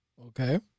Okay